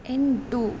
ಎಂಟು